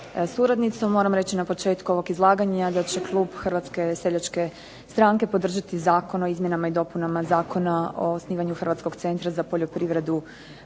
Moram reći na početku ovog izlaganja da će klub Hrvatske seljačke stranke podržati Zakon o izmjenama i dopunama Zakona o osnivanju Hrvatskog centra za poljoprivredu,